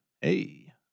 hey